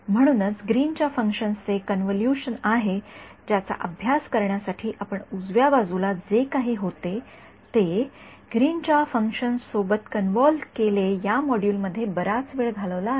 म्हणूनच या ग्रीनच्या फंक्शन्सचे कॉनव्होल्यूशन आहे ज्याचा अभ्यास करण्यासाठी आपण उजव्या बाजूला जे काही होते ते ग्रीनच्या फंक्शन्स सोबत कॉन्व्हॉल्व्ह केले या मॉड्यूलमध्ये बराच वेळ घालवला आहे